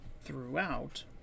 throughout